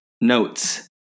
Notes